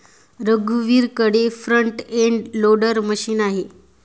रघुवीरकडे front end loader machine आहे